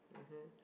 mmhmm